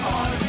on